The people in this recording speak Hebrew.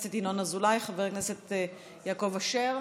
חבר הכנסת ינון אזולאי, חבר הכנסת יעקב אשר,